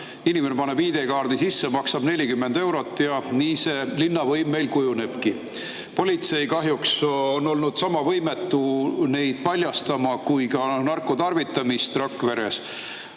inimene paneb [valija] ID‑kaardi sisse, maksab 40 eurot ja nii see linnavõim meil kujunebki. Politsei on kahjuks olnud sama võimetu seda paljastama kui narko tarvitamist Rakveres. Aga